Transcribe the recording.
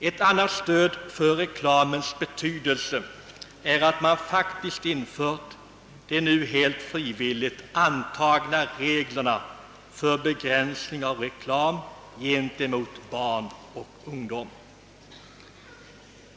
Ett annat bevis på reklamens betydelse är, att man faktiskt infört de nu helt frivilligt antagna reglerna för begränsning av reklam beträffande barn och ungdom.